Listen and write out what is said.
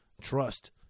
trust